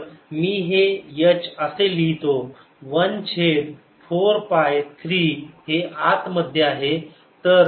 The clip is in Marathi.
तर मी हे H असे लिहितो 1 छेद 4 पाय 3 हे आत मध्ये आहे